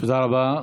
תודה רבה.